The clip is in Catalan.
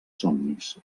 somnis